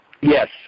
Yes